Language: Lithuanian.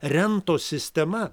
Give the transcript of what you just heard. rentos sistema